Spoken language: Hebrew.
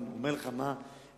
אני אומר לך מה הנתונים,